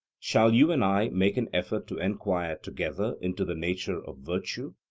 shall you and i make an effort to enquire together into the nature of virtue?